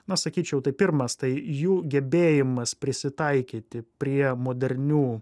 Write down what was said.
na sakyčiau tai pirmas tai jų gebėjimas prisitaikyti prie modernių